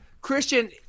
Christian